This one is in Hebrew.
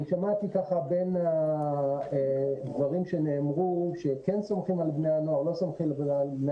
שמעתי בין הדברים שנאמרו שכן סומכים על בני הנוער או לא סומכים עליהם,